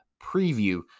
preview